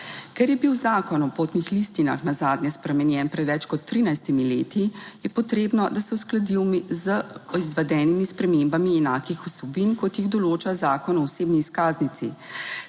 Ker je bil zakon o potnih listinah nazadnje spremenjen pred več kot 13 leti, je potrebno, da se uskladijo z izvedenimi spremembami enakih vsebin, kot jih določa Zakon o osebni izkaznici.